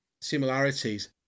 similarities